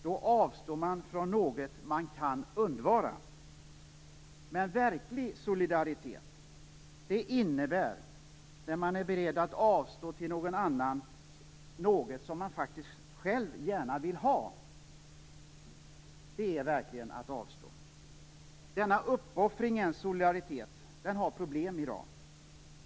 Då avstår man från något som man kan undvara. Men verklig solidaritet det innebär att man är beredd att avstå till någon annan något som man själv gärna vill ha. Det är verkligen att avstå. Denna uppoffringens solidaritet har problem i dag.